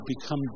become